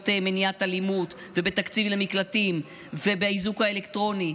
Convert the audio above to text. מניעת אלימות ובתקציב למקלטים ובאיזוק האלקטרוני.